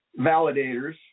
validators